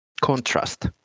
contrast